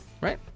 right